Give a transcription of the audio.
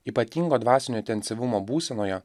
ypatingo dvasinio intensyvumo būsenoje